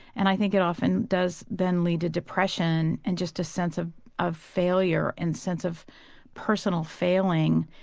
and i think it often does then lead to depression and just a sense of of failure and sense of personal failing.